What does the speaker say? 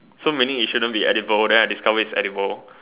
so meaning it shouldn't be edible then I discover it's edible